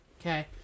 Okay